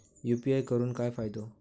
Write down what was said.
UPI करून काय फायदो?